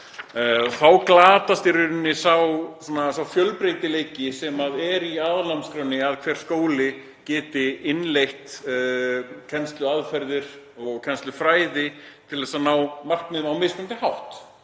þá glatast í rauninni sá fjölbreytileiki sem er í aðalnámskránni; að hver skóli geti innleitt kennsluaðferðir og kennslufræði til að ná markmiðum á mismunandi hátt